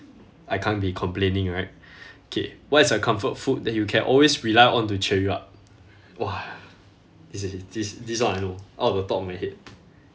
I can't be complaining right okay what is a comfort food that you can always rely on to cheer you up !wah! this this this one I know out of the top of my head